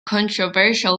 controversial